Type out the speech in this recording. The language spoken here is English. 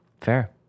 fair